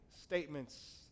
statements